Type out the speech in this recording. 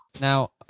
Now